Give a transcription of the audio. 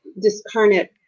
discarnate